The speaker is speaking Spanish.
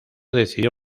decidió